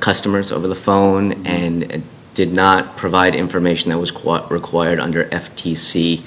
customers over the phone and did not provide information that was quite required under f t c